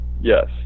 Yes